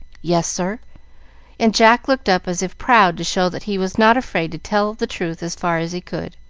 yes, sir and jack looked up as if proud to show that he was not afraid to tell the truth as far as he could.